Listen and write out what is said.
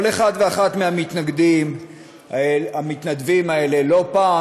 כל אחד ואחת מהמתנדבים האלה לא פעם